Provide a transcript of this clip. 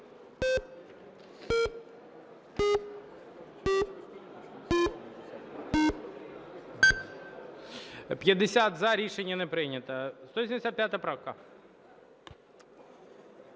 На жаль, рішення не прийнято.